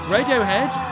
Radiohead